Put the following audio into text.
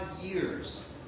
years